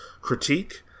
critique